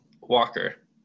Walker